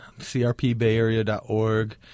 crpbayarea.org